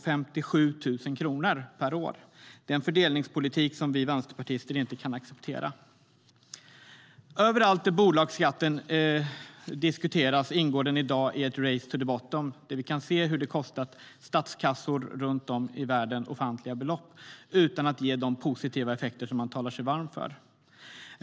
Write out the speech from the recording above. Det är en fördelningspolitik som vi vänsterpartister inte kan acceptera. Överallt där bolagsskatten diskuteras ingår den i dag i ett race to the bottom där vi kan se hur den kostat statskassor runt om i världen ofantliga belopp utan att ge de positiva effekter man talar sig varm för.